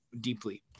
deeply